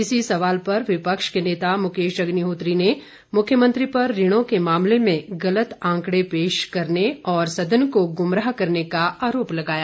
इसी सवाल पर विपक्ष के नेता मुकेश अग्निहोत्री ने मुख्यमंत्री पर ऋणों के मामले में गलत आंकड़े पेश करने और सदन को गुमराह करने का आरोप लगाया